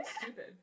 stupid